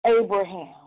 Abraham